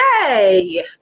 yay